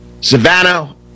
Savannah